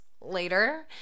later